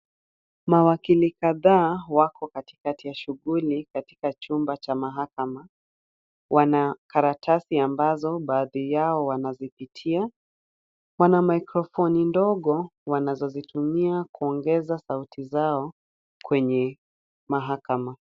Mawakili kadhaa wako katikati ya shughuli katika chumba cha mahakama. Wana karatasi ambazo baadhi yao wanazipitia. Wana mikrofoni ndogo wanazozitumia kuongeza sauti zao kwenye mahakama.